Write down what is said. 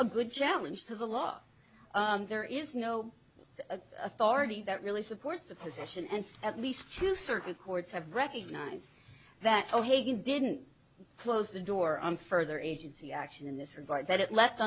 a good challenge to the law there is no a thorny that really supports the position and at least two circuit courts have recognized that o'hagan didn't close the door on further agency action in this regard that it left